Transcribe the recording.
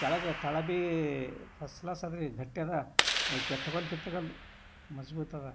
ಕೆಳಗೆ ತಳ ಭೀ ಫಸ್ಟ್ ಕ್ಲಾಸ್ ಅದ ರೀ ಗಟ್ಟಿಯದ ಕೆತ್ತುವಲ್ದು ಕೆತ್ತುವಲ್ದು ಮಜಬೂತದ